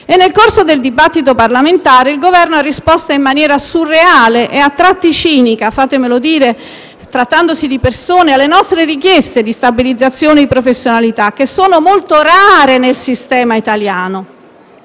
Nel corso del dibattito parlamentare il Governo ha risposto in maniera surreale e a tratti cinica - fatemelo dire, trattandosi di persone - alle nostre richieste di stabilizzazione di professionalità, che sono molto rare nel sistema italiano,